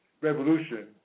revolution